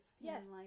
yes